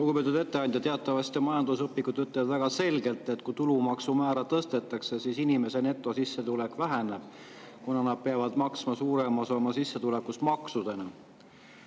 Lugupeetud ettekandja! Teatavasti majandusõpikud ütlevad väga selgelt, et kui tulumaksumäära tõstetakse, siis inimeste netosissetulek väheneb, kuna nad peavad maksma suurema osa oma sissetulekust maksudena.